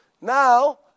now